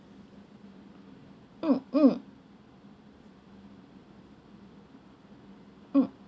mm mm mm